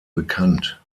bekannt